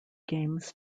games